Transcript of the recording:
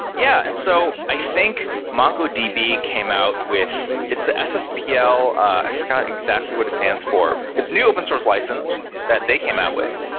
yeah. and so i think mongodb came out with its sspl i forgot exactly what it stands for. it's a new open source license that they came out with.